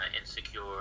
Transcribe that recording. Insecure